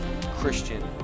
Christian